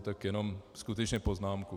Tak jenom skutečně poznámku.